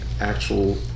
actual